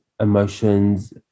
emotions